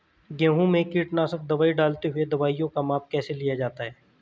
गेहूँ में कीटनाशक दवाई डालते हुऐ दवाईयों का माप कैसे लिया जाता है?